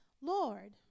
Lord